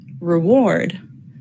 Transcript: reward